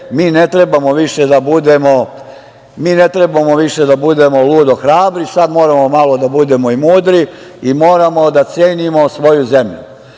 Mi ne trebamo više da budemo ludo hrabri, sad moramo malo da budemo i mudri i moramo da cenimo svoju zemlju. Mi